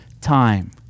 time